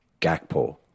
Gakpo